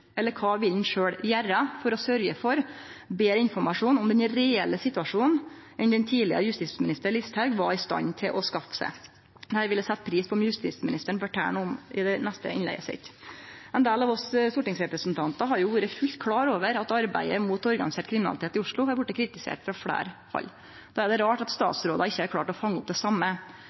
eller kva vil han sjølv gjere, for å sørgje for betre informasjon om den reelle situasjonen enn kva tidlegare justisminister Listhaug var i stand til å skaffe seg? Eg vil setje pris på om justisministeren fortel noko om det i det neste innlegget sitt. Ein del av oss stortingsrepresentantar har vore fullt klar over at arbeidet mot organisert kriminalitet i Oslo har vorte kritisert frå fleire hald. Då er det rart at statsrådar ikkje har klart å fange opp det same.